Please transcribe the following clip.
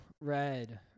red